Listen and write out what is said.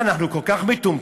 מה, אנחנו כל כך מטומטמים?